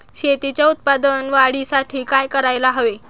शेतीच्या उत्पादन वाढीसाठी काय करायला हवे?